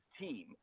team